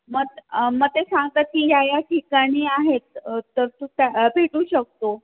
मं ते सांगतात की या या ठिकाणी आहेत तर तू त्या भेटू शकतो